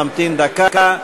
נמתין דקה,